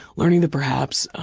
learning that perhaps